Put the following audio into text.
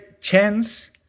chance